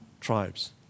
tribes